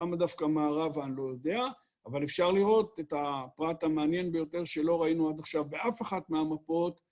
למה דווקא מערה ואני לא יודע, אבל אפשר לראות את הפרט המעניין ביותר שלא ראינו עד עכשיו באף אחת מהמפות.